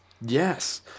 yes